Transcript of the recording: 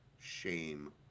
shame